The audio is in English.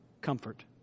comfort